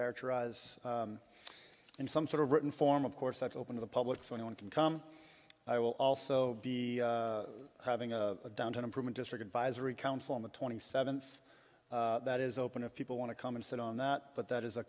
characterize in some sort of written form of course that's open to the public so anyone can come i will also be having a downtown improvement district advisory council on the twenty seventh that is open if people want to come and sit on that but that is a